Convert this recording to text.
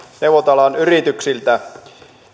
neuvonta alan yrityksiltä